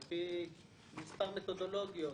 על פי מספר מתודולוגיות.